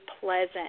pleasant